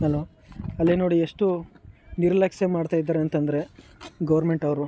ಅಲ್ವ ಅಲ್ಲೇ ನೋಡಿ ಎಷ್ಟು ನಿರ್ಲಕ್ಷ್ಯ ಮಾಡ್ತಾಯಿದ್ದಾರೆ ಅಂತ ಅಂದ್ರೆ ಗೌರ್ಮೆಂಟವ್ರು